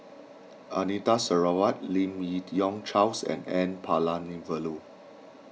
Anita Sarawak Lim Yi Yong Charles and N Palanivelu